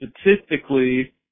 statistically